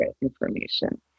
information